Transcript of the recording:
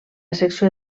secció